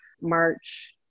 March